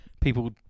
people